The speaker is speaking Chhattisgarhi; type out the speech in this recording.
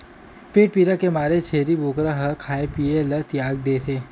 पेट पीरा के मारे छेरी बोकरा ह खाए पिए ल तियाग देथे